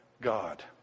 God